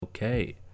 okay